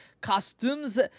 Costumes